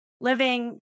living